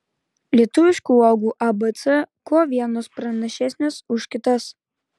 lietuviškų uogų abc kuo vienos pranašesnės už kitas